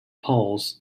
polls